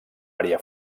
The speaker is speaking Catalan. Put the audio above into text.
marià